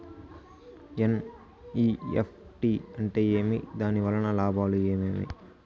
NEFT అంటే ఏమి? దాని వలన లాభాలు ఏమేమి